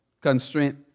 constraint